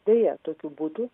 deja tokių butų